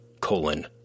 colon